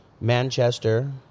Manchester